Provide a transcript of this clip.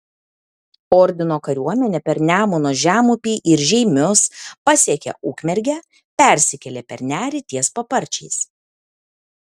ordino kariuomenė per nemuno žemupį ir žeimius pasiekė ukmergę persikėlė per nerį ties paparčiais